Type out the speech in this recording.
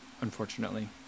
unfortunately